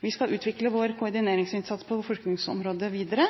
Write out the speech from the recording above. Vi skal utvikle vår koordineringsinnsats på forskningsområdet videre.